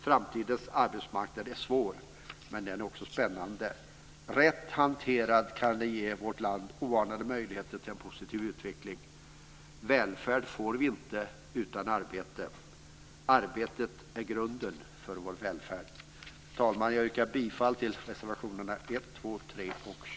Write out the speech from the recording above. Framtidens arbetsmarknad är svår, men den är också spännande. Rätt hanterad kan den ge vårt land oanade möjligheter till en positiv utveckling. Välfärd får vi inte utan arbete - arbete är grunden för vår välfärd. Herr talman! Jag yrkar bifall till reservationerna 1,